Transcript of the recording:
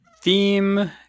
Theme